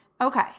Okay